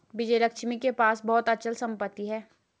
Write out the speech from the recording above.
विजयलक्ष्मी के पास बहुत अचल संपत्ति है